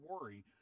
worry